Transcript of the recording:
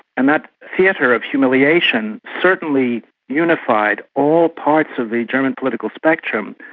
and that theatre of humiliation, certainly unified all parts of the german political spectrum,